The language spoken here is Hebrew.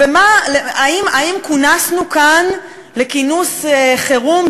האם כונסנו כאן לכינוס חירום,